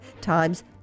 times